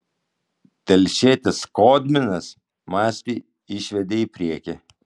telšietis skodminas mastį išvedė į priekį